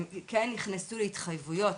הן כן נכנסו להתחייבויות,